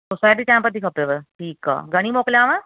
society चांहि पती खपेव घणी मोकिलियांव